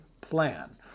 plan